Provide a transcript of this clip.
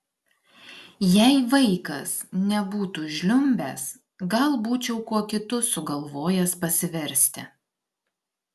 jei vaikas nebūtų žliumbęs gal būčiau kuo kitu sugalvojęs pasiversti